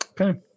Okay